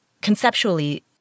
conceptually